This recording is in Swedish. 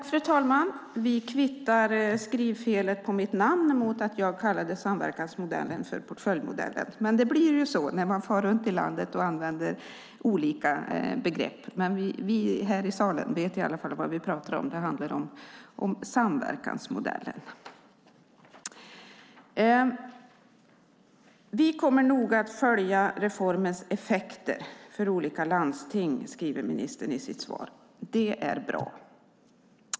Fru talman! Vi kvittar felskrivningen av mitt namn mot att jag kallade samverkansmodellen för portföljmodellen. Det blir så när man far runt i landet och använder olika begrepp. Men vi här i salen vet i alla fall vad vi pratar om. Det handlar om samverkansmodellen. Vi kommer noga att följa reformens effekter för olika landsting, säger ministern i sitt svar. Det är bra.